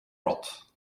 rot